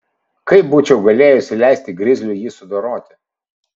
kaip būčiau galėjusi leisti grizliui jį sudoroti